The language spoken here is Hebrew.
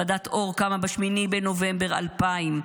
ועדת אור קמה ב-8 בנובמבר 2000,